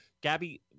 Gabby